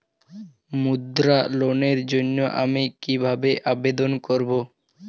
মুদ্রা লোনের জন্য আমি কিভাবে আবেদন করবো?